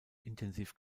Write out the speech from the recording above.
intensiv